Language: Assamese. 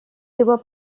দিব